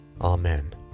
Amen